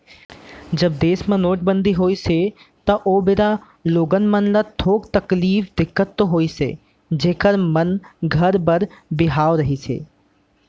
जब देस म नोटबंदी होइस त ओ बेरा लोगन मन ल थोक तकलीफ, दिक्कत तो होइस हे जेखर मन घर बर बिहाव रहिस हे